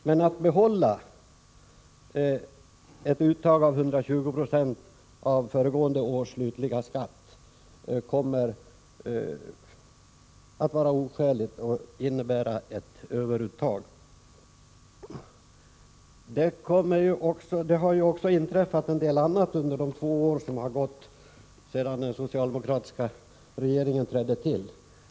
Men att behålla ett uttag av 120 96 av föregående års slutliga skatt kommer att vara oskäligt och innebära ett överuttag. Det har också inträffat en del annat under de två år som har gått sedan den socialdemokratiska regeringen trädde till.